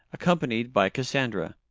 accompanied by cassandra.